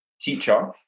teacher